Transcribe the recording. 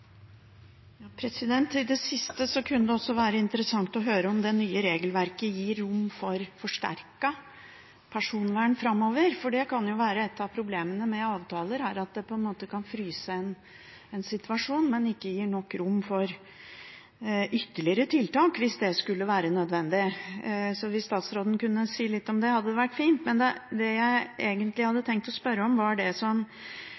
det siste: Det kunne også være interessant å høre om det nye regelverket gir rom for forsterket personvern framover. Et av problemene med avtaler er at det på en måte kan fryse en situasjon, men ikke gi nok rom for ytterligere tiltak, hvis det skulle være nødvendig. Så hvis statsråden kunne si litt om det, hadde det vært fint. Men det jeg egentlig